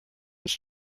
its